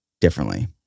differently